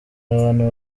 abantu